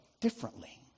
Differently